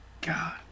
God